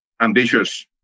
ambitious